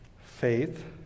faith